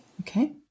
Okay